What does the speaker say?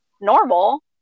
normal